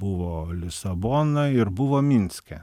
buvo lisabona ir buvo minske